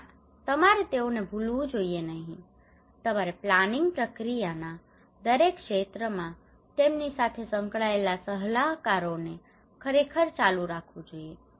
ના તમારે તેઓને ભૂલવું જોઈએ નહીં તમારે પ્લાનિંગ પ્રક્રિયાના દરેક ક્ષેત્રમાં તેમની સાથે સંકળાયેલા સલાહકારોને ખરેખર ચાલુ રાખવ જોઈએ